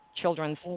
Children's